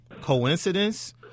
Coincidence